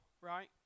right